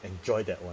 enjoy that one